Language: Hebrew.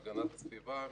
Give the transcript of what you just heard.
הגנת הסביבה,